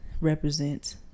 represents